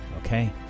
Okay